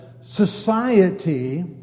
society